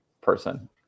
person